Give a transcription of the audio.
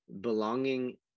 belonging